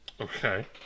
Okay